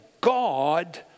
God